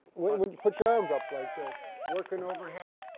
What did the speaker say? when you put your arms up like this, working overhead,